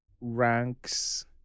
ranks